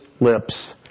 lips